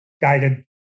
guided